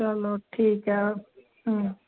चलो ठीक है अब